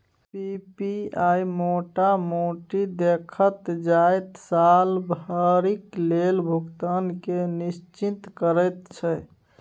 PPI मोटा मोटी देखल जाइ त साल भरिक लेल भुगतान केँ निश्चिंत करैत छै